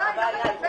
אין בעיה.